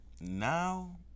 Now